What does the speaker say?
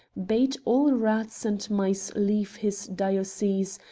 bade all rats and mice leave his diocese,